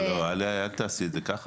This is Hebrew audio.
לא, לא, אל תעשי את זה ככה.